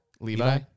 Levi